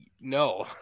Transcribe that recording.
no